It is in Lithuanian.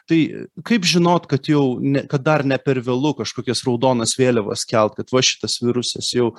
tai kaip žinot kad jau ne kad dar ne per vėlu kažkokias raudonas vėliavas kelt kad va šitas virusas jau